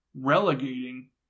relegating